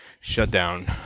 shutdown